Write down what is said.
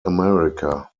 america